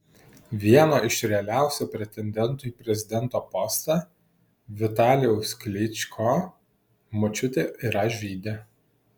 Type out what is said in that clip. vieno iš realiausių pretendentų į prezidento postą vitalijaus klyčko močiutė yra žydė